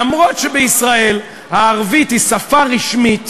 אף שבישראל הערבית היא שפה רשמית,